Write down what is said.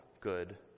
good